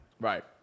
Right